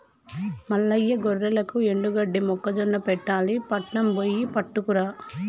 మల్లయ్య గొర్రెలకు ఎండుగడ్డి మొక్కజొన్న పెట్టాలి పట్నం బొయ్యి పట్టుకురా